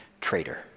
traitor